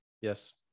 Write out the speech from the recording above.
yes